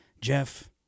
Jeff